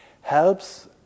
helps